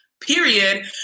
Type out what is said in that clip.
period